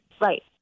Right